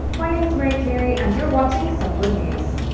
my name is mairead cleary and you're watching some good news.